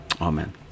amen